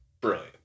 brilliant